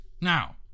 Now